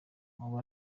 ubu